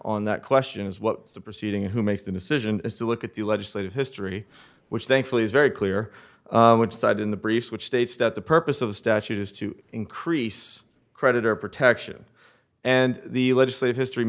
on that question is what's the proceeding who makes the decision is to look at the legislative history which thankfully is very clear which side in the briefs which states that the purpose of the statute is to increase creditor protection and the legislative history